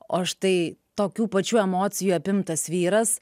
o štai tokių pačių emocijų apimtas vyras